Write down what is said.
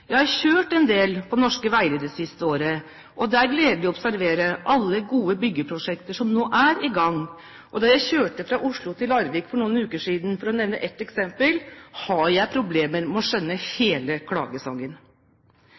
Jeg har kjørt en del på norske veier det siste året, og det er gledelig å observere alle gode byggeprosjekter som nå er i gang. Da jeg kjørte fra Oslo til Larvik for noen uker siden – for å nevne ett eksempel – hadde jeg problemer med å skjønne hele klagesangen.